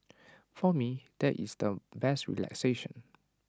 for me that is the best relaxation